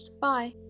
bye